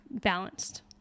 balanced